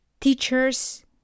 teachers